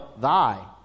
thy